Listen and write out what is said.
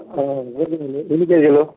గోధుమలు ఎన్ని కేజీలు